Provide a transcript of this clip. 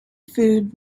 food